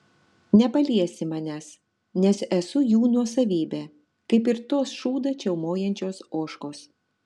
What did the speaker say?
nepaliesi manęs nes esu jų nuosavybė kaip ir tos šūdą čiaumojančios ožkos